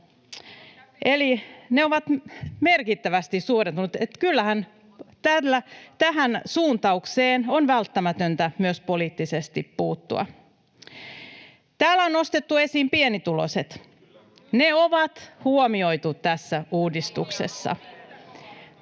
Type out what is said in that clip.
Eli ne ovat merkittävästi suurentuneet, niin että kyllähän tähän suuntaukseen on välttämätöntä myös poliittisesti puuttua. Täällä on nostettu esiin pienituloiset. Ne on huomioitu tässä uudistuksessa.